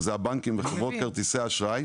הבנקים וחברות כרטיסי האשראי,